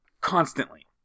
Constantly